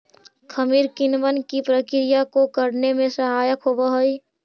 खमीर किणवन की प्रक्रिया को करने में सहायक होवअ हई